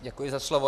Děkuji za slovo.